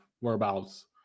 whereabouts